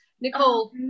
Nicole